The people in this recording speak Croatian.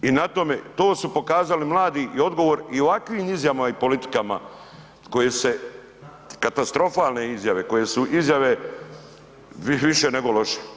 I na tome, to su pokazali mladi i odgovor i ovakvim izjavama i politikama koje se, katastrofalne izjave, koje su izjave više nego loše.